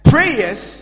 Prayers